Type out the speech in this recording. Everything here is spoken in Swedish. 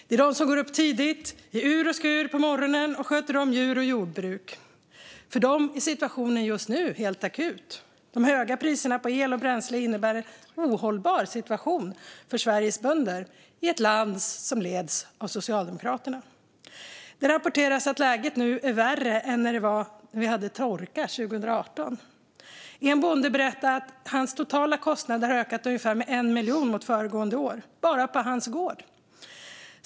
Det är de som går upp tidigt på morgonen, i ur och skur, och sköter om djur och jordbruk. För dem är situationen just nu helt akut. De höga priserna på el och bränsle innebär en ohållbar situation för Sveriges bönder i ett land som leds av Socialdemokraterna. Det rapporteras att läget nu är värre än under torkan 2018. En bonde berättar att hans totala kostnader har ökat med ungefär 1 miljon mot föregående år - bara på hans gård.